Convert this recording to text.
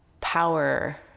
power